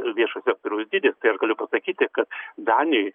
viešojo sektoriaus dydis tai aš galiu pasakyti kad danijoj